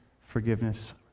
forgiveness